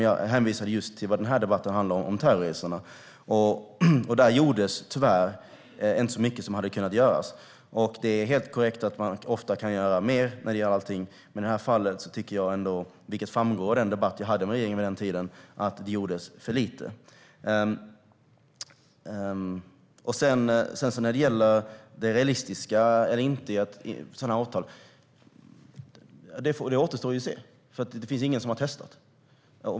Jag hänvisade dock till vad den här debatten handlar om, nämligen terrorresorna. Där gjordes tyvärr inte så mycket som hade kunnat göras. Det är helt korrekt att man ofta kan göra mer - det gäller allting - men i det här fallet tycker jag ändå, vilket framgick av den debatt vi hade med regeringen vid den tiden, att det gjordes för lite. När det sedan gäller om det är realistiskt eller inte med sådana avtal återstår det ju att se. Det är nämligen ingen som har testat.